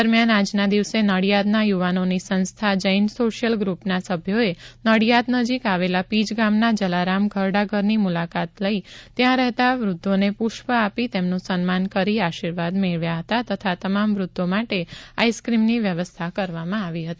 દરમિયાન આજના દિવસે નડિયાદના યુવાનોની સંસ્થા જૈન સોશિયલ ગ્રૂપના સભ્યોએ નડિયાદ નજીક આવેલા પીજ ગામના જલારામ ઘરડા ઘરની મુલાકાત લઈ ત્યાં રહેતાં વ્રધ્ધોને પૂષ્પ આપી તેમનું સન્માન કરી આશીર્વાદ મેળવ્યા હતા તથા તમામ વ્રધ્ધો માટે આઈસક્રીમની વ્યવસ્થા કરવામાં આવી હતી